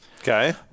Okay